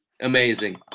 Amazing